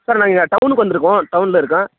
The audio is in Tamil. சார் நாங்கள் டவுனுக்கு வந்துருக்கோம் டவுனில் இருக்கோம்